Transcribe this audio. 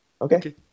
okay